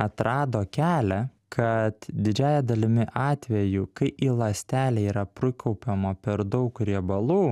atrado kelią kad didžiąja dalimi atvejų kai į ląstelę yra prikaupiama per daug riebalų